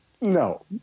No